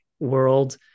world